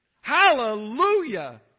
Hallelujah